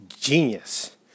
genius